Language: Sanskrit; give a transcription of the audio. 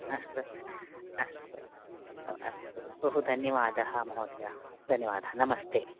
अस्तु अस्तु अस्तु बहु धन्यवादः महोदय धन्यवादः नमस्ते